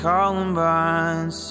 Columbine